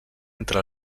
entre